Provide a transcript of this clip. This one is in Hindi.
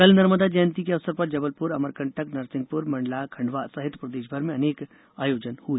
कल नर्मदा जयंती के अवसर पर जबलपुर अमरकंटक नरसिंहपुर मंडला खंडवा सहित प्रदेशभर में अनेक आयोजन हुए